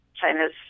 China's